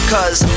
Cause